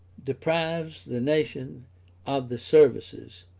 deprives the nation of the services,